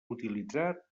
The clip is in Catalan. utilitzat